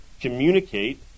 communicate